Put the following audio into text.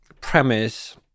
premise